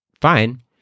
fine